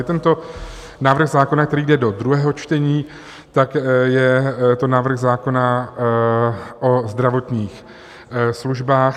Tento návrh zákona, který jde do druhého čtení, tak je to návrh zákona o zdravotních službách.